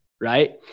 right